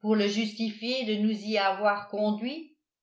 pour le justifier de nous y avoir conduits